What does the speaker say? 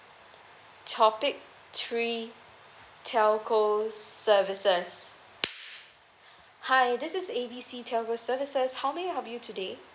topic three telco services hi this is A B C telco services how may I help you today